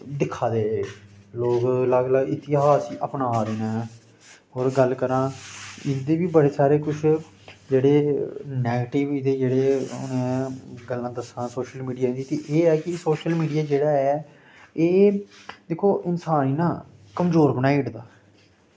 दिक्खा दे लोग अलग अलग इतिहास गी अपना दे न होर गल्ल करांऽ इं'दी बी बड़े सारे कुछ जेह्ड़े नैग्टिव इ'दे जेह्ड़े हून गल्लां दस्सां सोशल मीडिया दी एह् ऐ कि सोशल मीडिया जेह्ड़ा ऐ एह् दिक्खो इन्सान गी ना कमज़ोर बनाई ओड़दा